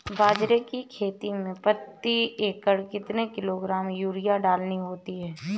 बाजरे की खेती में प्रति एकड़ कितने किलोग्राम यूरिया डालनी होती है?